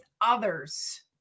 others